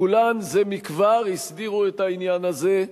כולם זה מכבר הסדירו את העניין הזה,